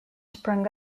sprung